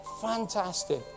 Fantastic